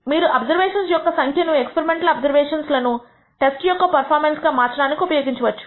మీరు అబ్జర్వేషన్స్ యొక్క సంఖ్యను ఎక్స్పెరిమెంటల్ అబ్జర్వేషన్స్ లను టెస్ట్ యొక్క పెర్ఫార్మెన్స్ మార్చడానికి ఉపయోగించవచ్చు